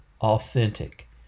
authentic